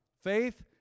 Faith